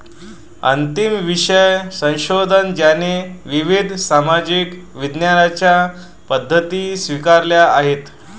अंतिम विषय संशोधन ज्याने विविध सामाजिक विज्ञानांच्या पद्धती स्वीकारल्या आहेत